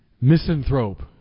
misanthrope